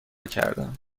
کردم